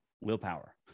willpower